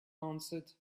answered